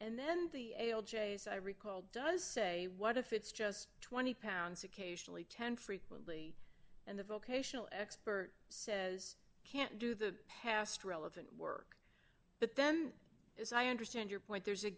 and then the a l j as i recall does say what if it's just twenty pounds occasionally ten frequently and the vocational expert says can't do the past relevant work but then as i understand your point there's a